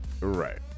Right